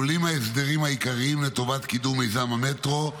כלולים ההסדרים העיקריים לטובת קידום מיזם המטרו,